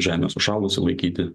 žemė sušalusi laikyti